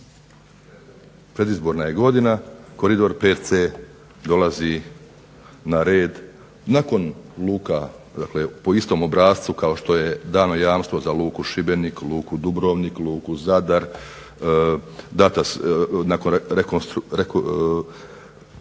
predizborna godina Koridor 5C dolazi na red, nakon luka dakle po istom obrascu kao što je dano jamstvo za Luku Šibenik, Luku Dubrovnik, Luku Zadar, nakon restrukturiranja